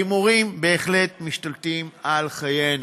ההימורים בהחלט משתלטים על חיינו,